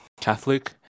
Catholic